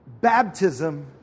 baptism